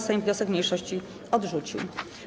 Sejm wniosek mniejszości odrzucił.